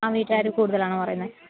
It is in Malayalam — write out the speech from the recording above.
ആ വീട്ടുക്കാർ കൂടുതലാണോ പറയുന്നത്